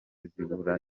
zibura